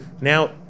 now